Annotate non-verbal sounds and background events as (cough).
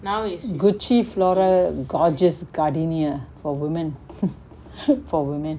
gucci flora gorgeous gardenia for women (laughs) for women